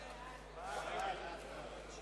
סעיפים 1